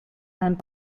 and